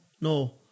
no